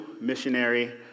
missionary